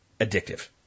addictive